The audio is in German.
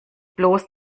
bloß